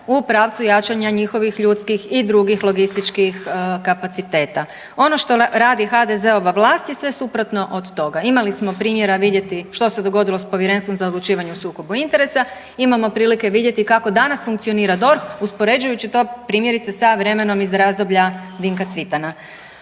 u pravcu jačanja njihovih ljudskih i drugih logističkih kapaciteta. Ono što radi HDZ-ova vlast je sve suprotno od toga. Imali smo primjera vidjeti što se dogodilo s Povjerenstvom za odlučivanje o sukobu interesa, imamo prilike vidjeti kako danas funkcionira DORH uspoređujući to primjerice sa vremenom iz razdoblja Dinka Cvitana.